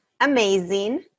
Amazing